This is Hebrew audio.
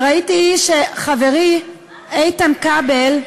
וראיתי שחברי איתן כבל,